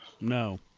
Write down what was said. No